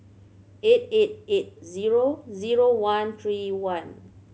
eight eight eight zero zero one three one